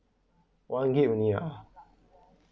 one gig only uh